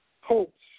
hopes